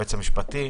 היועץ המשפטי,